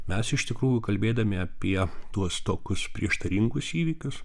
mes iš tikrųjų kalbėdami apie tuos tokius prieštaringus įvykius